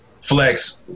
flex